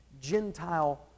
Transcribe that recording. Gentile